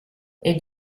elle